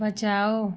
बचाओ